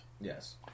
Yes